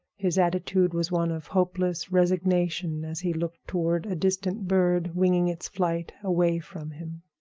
his attitude was one of hopeless resignation as he looked toward a distant bird winging its flight away from him.